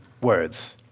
words